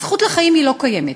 הזכות לחיים, היא לא קיימת.